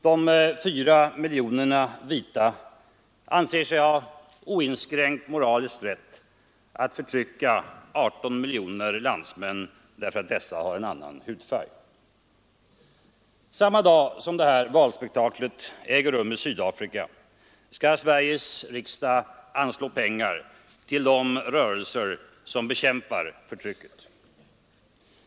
De 4 miljonerna vita anser sig ha oinskränkt moralisk rätt att förtrycka 18 miljoner landsmän därför att dessa har en annan hudfärg. Samma dag som detta valspektakel äger rum i Sydafrika skall Sveriges riksdag anslå pengar till de rörelser som bekämpar förtrycket.